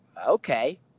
okay